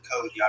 code